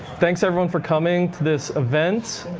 thanks, everyone, for coming to this event.